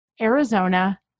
Arizona